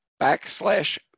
backslash